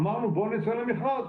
אמרנו בואו נצא למכרז